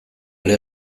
ere